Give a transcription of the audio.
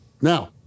Now